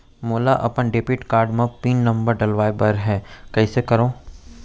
मोला अपन debit card म पिन नंबर डलवाय बर हे कइसे करव?